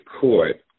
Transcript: court